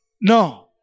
No